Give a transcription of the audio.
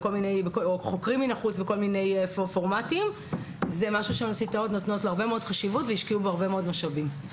זה משהו שהאוניברסיטאות משקיעות בו הרבה מאוד משאבים.